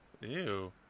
ew